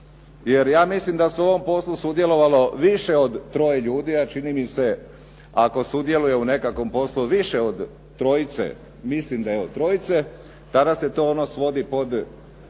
jer ja mislim da su u ovom poslu sudjelovalo više od troje ljudi a čini mi se ako sudjeluje u nekakvom poslu više od trojice tada se ono svodi pod